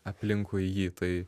aplinkui jį tai